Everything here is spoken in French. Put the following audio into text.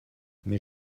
mais